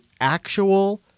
actual